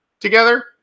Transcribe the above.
together